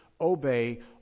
obey